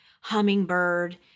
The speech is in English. hummingbird